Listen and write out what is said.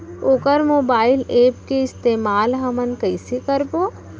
वोकर mobile app के इस्तेमाल हमन कइसे करबो?